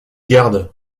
garde